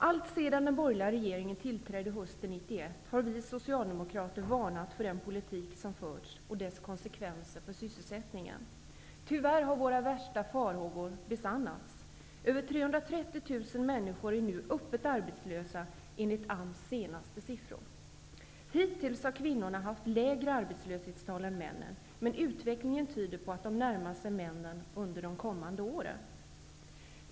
Alltsedan den borgerliga regeringen tillträdde hösten 1991 har vi socialdemokrater varnat för den politik som förts och dess konsekvenser för sysselsättningen. Tyvärr har våra värsta farhågor besannats. Över 330 000 människor är nu öppet arbetslösa enligt AMS senaste siffror. Hittills har kvinnorna haft lägre arbetslöshetstal än männen. Men utvecklingen tyder på att de närmar sig männen under de kommande åren.